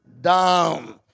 down